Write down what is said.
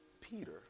Peter